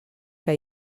que